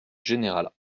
général